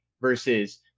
versus